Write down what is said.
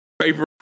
paper